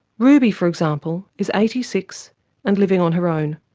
ruby, for example, is eighty six and living on her own.